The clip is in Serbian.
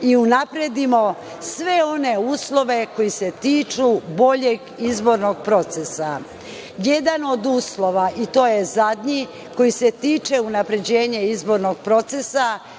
i unapredimo sve one uslove koji se tiču boljeg izbornog procesa. Jedan od uslova i to je zadnji, koji se tiče unapređenja izbornog procesa,